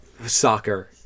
soccer